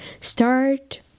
start